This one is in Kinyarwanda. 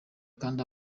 kandi